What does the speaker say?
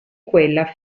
quella